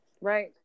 right